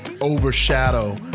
overshadow